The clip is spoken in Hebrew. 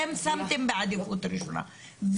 אתם שמתם בעדיפות ראשונה,